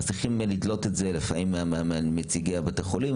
צריכים לדלות את זה לפעמים מנציגי בתי החולים,